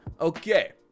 okay